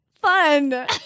fun